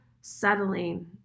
settling